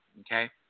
okay